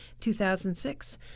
2006